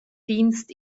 dienst